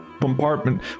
compartment